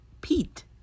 Pete